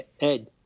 Ed